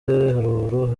haruguru